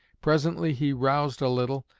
presently he roused a little,